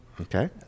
Okay